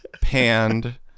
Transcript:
panned